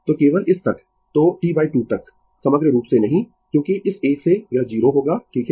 तो केवल इस तक तो T2 तक समग्र रूप से नहीं क्योंकि इस एक से यह 0 होगा ठीक है